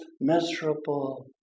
miserable